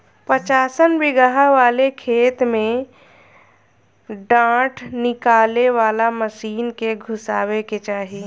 पचासन बिगहा वाले खेत में डाँठ निकाले वाला मशीन के घुसावे के चाही